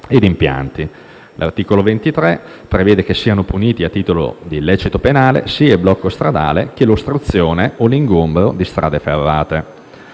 e di impianti. L'articolo 23 prevede che siano puniti a titolo di illecito penale sia il blocco stradale che l'ostruzione o l'ingombro di strade ferrate.